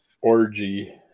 orgy